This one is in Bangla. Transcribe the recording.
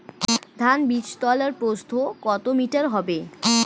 ধান বীজতলার প্রস্থ কত মিটার হতে হবে?